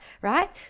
Right